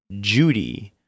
Judy